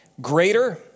greater